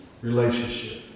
relationship